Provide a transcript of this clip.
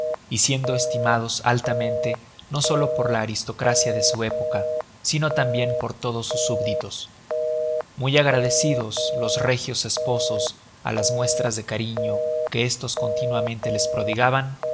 y siendo estimados altamente no solo por la aristocrácia de su época sino tambien por todos sus súbditos muy agradecidos los régios esposos á las muestras de cariño que estos continuamente les prodigaban